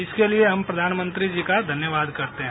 इसक लिए हम प्रधानमंत्री का धन्यवाद करते हैं